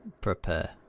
prepare